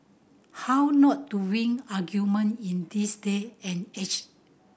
how not to win argument in this day and age